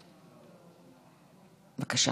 בבקשה.